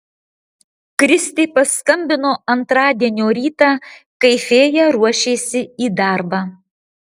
kristė paskambino antradienio rytą kai fėja ruošėsi į darbą